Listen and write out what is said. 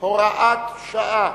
(הוראת שעה